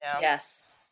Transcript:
Yes